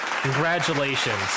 Congratulations